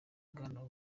bwana